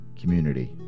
community